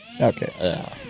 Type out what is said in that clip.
Okay